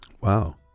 wow